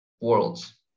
worlds